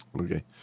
Okay